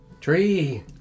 Tree